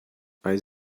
als